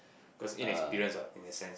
cause inexperience ah in a sense